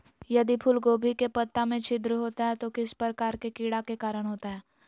यदि फूलगोभी के पत्ता में छिद्र होता है तो किस प्रकार के कीड़ा के कारण होता है?